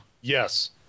Yes